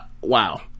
wow